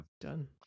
Done